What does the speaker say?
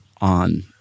on